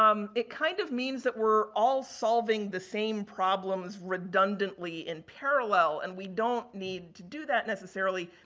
um it kind of means that we're all solving the same problems redundantly in parallel and we don't need to do that, necessarily.